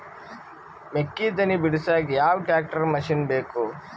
ಮೆಕ್ಕಿ ತನಿ ಬಿಡಸಕ್ ಯಾವ ಟ್ರ್ಯಾಕ್ಟರ್ ಮಶಿನ ಬೇಕು?